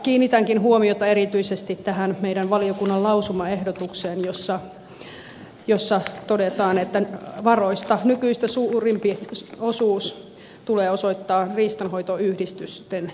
kiinnitänkin huomiota erityisesti meidän valiokuntamme lausumaehdotukseen jossa todetaan että varoista nykyistä suurempi osuus tulee osoittaa riistanhoitoyhdistysten toimintaan